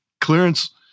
clearance